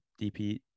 DP